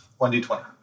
1d20